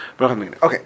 Okay